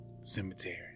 cemetery